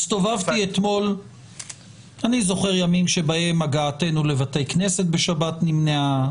אני זוכר ימים שבהם הגעתנו לבתי כנסת בשבת נמנעה,